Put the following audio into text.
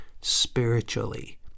spiritually